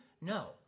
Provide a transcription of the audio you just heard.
No